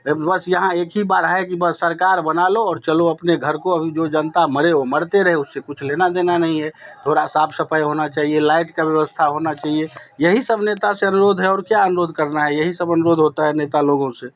और बस यहाँ एक ही बार है कि बस सरकार बना लो और चलो अपने घर को अभी जो जनता मारे हो मरते रहे उससे कुछ लेना देना नहीं है थोड़ा साफ़ सफ़ाई होना चाहिए लाइट का व्यवस्था होना चाहिए यही सब नेता से अनुरोध है और क्या अनुरोध करना है यही सब अनुरोध होता है नेता लोगों से